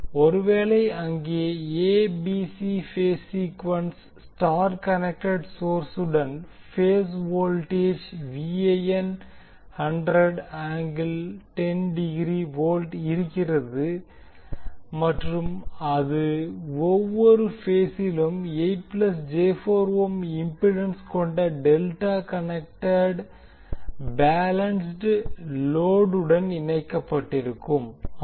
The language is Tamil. ஒருவேளை அங்கே A B C ABC phase sequence star connected சோர்சுடன் பேஸ் வோல்டேஜ் இருக்கிறது மற்றும் அது ஒவ்வொரு பேசிலும் இம்பிடன்ஸ் கொண்ட டெல்டா கனெக்டெட் பேலன்ஸ்ட் லோடுடன் இணைக்கப்பட்டிருக்கும் ஆம்